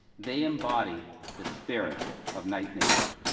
they embody the spirit of knight nation.